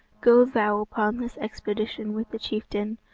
go thou upon this expedition with the chieftain.